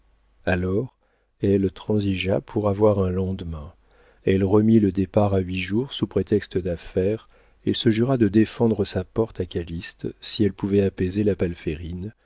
alors elle transigea pour avoir un lendemain elle remit le départ à huit jours sous prétexte d'affaires et se jura de défendre sa porte à calyste si elle pouvait apaiser la